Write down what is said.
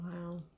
Wow